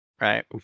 right